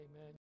Amen